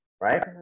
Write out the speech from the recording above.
right